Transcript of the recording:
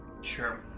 Sure